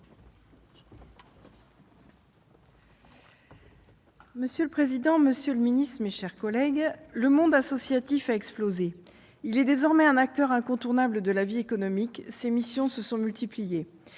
Monsieur le président, monsieur le secrétaire d'État, mes chers collègues, le monde associatif a explosé. Il est désormais un acteur incontournable de la vie économique. Ses missions se sont multipliées.